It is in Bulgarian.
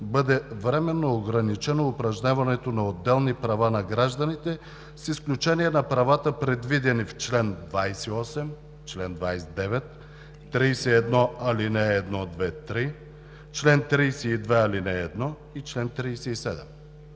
бъде временно ограничено упражняването на отделни права на гражданите с изключение на правата, предвидени в чл. 28, чл. 29, чл. 31, ал. 1 – 3, чл. 32, ал. 1 и чл. 37.